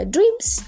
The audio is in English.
Dreams